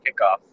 kickoff